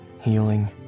healing